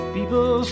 People